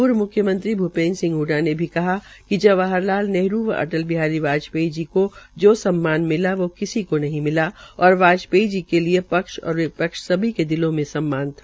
पूर्व मुख्य मंत्री भुपेन्द्र सिंह हडडा ने भी कहा कि जवाहर लाल नेहरू व अटल बिहारी वाजपेयी जी को सम्मान मिला वो किसी को नहीं मिला और वाजपेयी जी के लिए पक्ष और विपक्ष सबके दिलों में सम्मान था